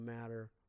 matter